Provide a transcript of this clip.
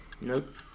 Nope